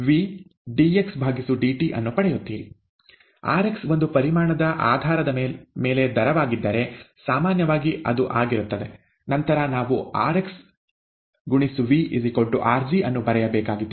rx ಒಂದು ಪರಿಮಾಣದ ಆಧಾರದ ಮೇಲೆ ದರವಾಗಿದ್ದರೆ ಸಾಮಾನ್ಯವಾಗಿ ಅದು ಆಗಿರುತ್ತದೆ ನಂತರ ನಾವು rxV rg ಅನ್ನು ಬರೆಯಬೇಕಾಗಿದೆ